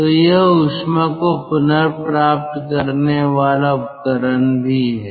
तो यह ऊष्मा को पुनर्प्राप्त करने वाला उपकरण भी है